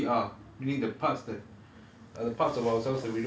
and I mean true to who we truly are meaning the parts that